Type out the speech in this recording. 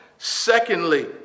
Secondly